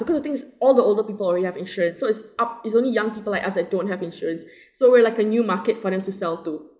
because the thing is all the older people already have insurance so it's up it's only young people like us who don't have insurance so we're like a new market for them to sell to